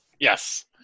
yes